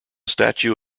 statue